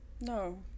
no